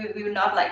we will not like